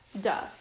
Duh